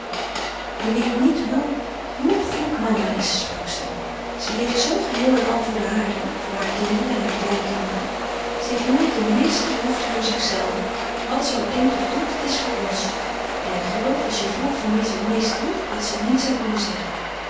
je weet niet hoe hoe goed mama is sprak ze ze leeft zoo geheel en al voor de haren voor haar kinderen en haar kleinkinderen ze heeft nooit de minste behoefte voor zichzelve wat ze ook denkt of doet het is voor ons en ik geloof als je vroeg van wie ze het meest hield dat ze het niet zou kunnen zeggen